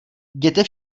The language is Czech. jděte